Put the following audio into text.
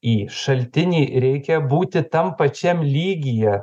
į šaltinį reikia būti tam pačiam lygyje